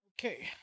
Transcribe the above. Okay